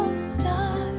star